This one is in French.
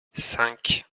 cinq